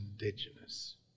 indigenous